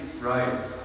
right